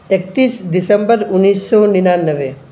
اکتیس دسمبر انیس سو ننانوے